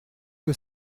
que